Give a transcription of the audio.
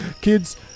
Kids